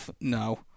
No